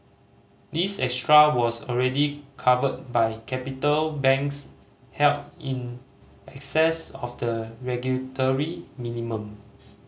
this extra was already covered by capital banks held in excess of the regulatory minimum